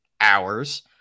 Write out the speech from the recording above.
hours